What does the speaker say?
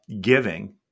giving